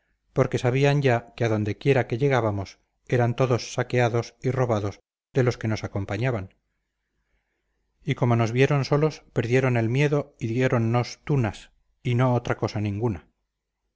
porque sabían ya que adonde quiera que llegábamos eran todos saqueados y robados de los que nos acompañaban y como nos vieron solos perdieron el miedo y diéronnos tunas y no otra cosa ninguna